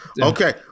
Okay